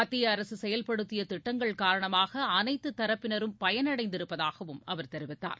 மத்திய அரசு செயல்படுத்திய திட்டங்கள் காரணமாக அனைத்து தரப்பினரும் பயன் அடைந்திருப்பதாகவும் அவர் தெரிவித்தார்